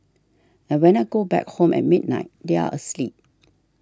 and when I go back home at midnight they are asleep